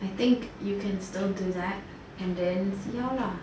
I think you can still do that and then see how lah